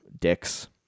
dicks